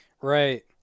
Right